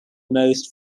most